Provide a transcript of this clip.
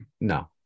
No